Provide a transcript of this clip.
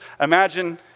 Imagine